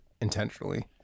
intentionally